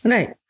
Right